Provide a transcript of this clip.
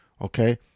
okay